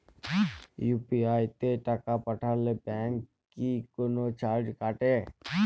UPI তে টাকা পাঠালে ব্যাংক কি কোনো চার্জ কাটে?